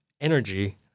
energy